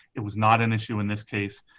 it was not an issue in this case